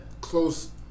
close